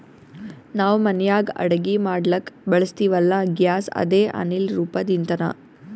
ನಾವ್ ಮನ್ಯಾಗ್ ಅಡಗಿ ಮಾಡ್ಲಕ್ಕ್ ಬಳಸ್ತೀವಲ್ಲ, ಗ್ಯಾಸ್ ಅದೇ ಅನಿಲ್ ರೂಪದ್ ಇಂಧನಾ